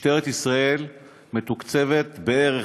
משטרת ישראל מתוקצבת בערך,